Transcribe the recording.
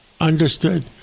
Understood